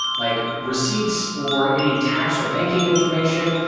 like receipts or any tax or banking information,